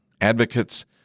Advocates